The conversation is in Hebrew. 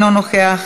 אינו נוכח,